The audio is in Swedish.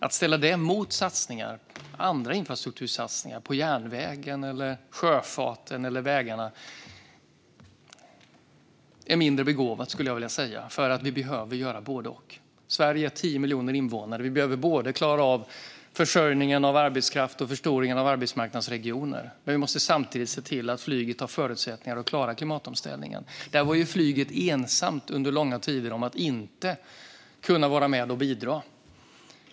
Att ställa det mot andra infrastruktursatsningar på järnväg, sjöfart eller vägar är mindre begåvat, skulle jag vilja säga. Vi behöver göra både och. Sverige har 10 miljoner invånare. Vi behöver klara av både försörjningen av arbetskraft och förstoringen av arbetsmarknadsregioner, men vi måste samtidigt se till att flyget har förutsättningar att klara klimatomställningen. Flyget var under långa tider ensamt om att inte kunna vara med och bidra.